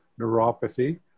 neuropathy